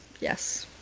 yes